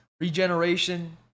regeneration